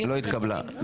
לא התקבלה.